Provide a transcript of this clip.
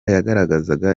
yagaragazaga